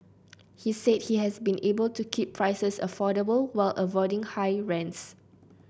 he said he has been able to keep prices affordable while avoiding high rents